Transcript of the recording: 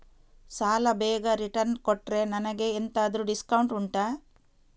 ಸಾಲ ಬೇಗ ರಿಟರ್ನ್ ಕೊಟ್ರೆ ನನಗೆ ಎಂತಾದ್ರೂ ಡಿಸ್ಕೌಂಟ್ ಉಂಟಾ